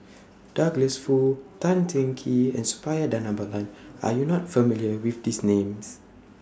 Douglas Foo Tan Teng Kee and Suppiah Dhanabalan Are YOU not familiar with These Names